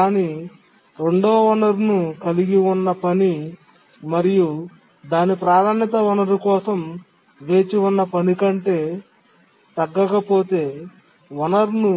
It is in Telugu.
కానీ రెండవ వనరును కలిగి ఉన్న పని మరియు దాని ప్రాధాన్యత వనరు కోసం వేచి ఉన్న పని కంటే తగ్గకపోతే వనరును